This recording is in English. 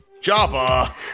Java